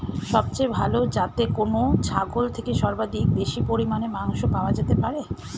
সবচেয়ে ভালো যাতে কোন ছাগল থেকে সর্বাধিক বেশি পরিমাণে মাংস পাওয়া যেতে পারে?